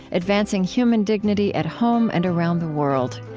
advancing human dignity at home and around the world.